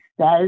says